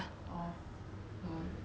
but it was fun it was a fun trip